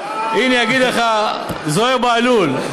הינה, יגיד לך זוהיר בהלול.